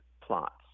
plots